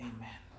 Amen